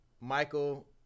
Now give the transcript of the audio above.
Michael